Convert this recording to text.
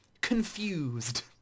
confused